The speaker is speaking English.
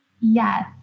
Yes